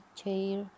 chair